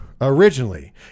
originally